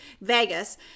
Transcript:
Vegas